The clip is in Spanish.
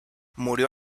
murió